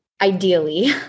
ideally